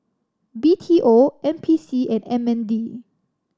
B T O N P C and M N D